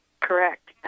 Correct